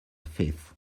fifth